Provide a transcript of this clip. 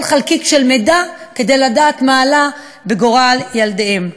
חלקיק של מידע כדי לדעת מה עלה בגורל ילדיהן.